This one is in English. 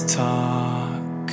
talk